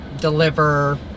deliver